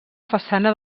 façana